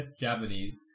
japanese